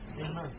Amen